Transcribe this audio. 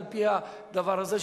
על-פי הדבר הזה,